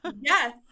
Yes